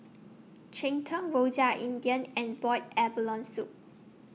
Cheng Tng Rojak India and boiled abalone Soup